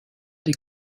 des